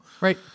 Right